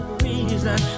reason